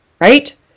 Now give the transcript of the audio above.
right